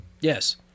Yes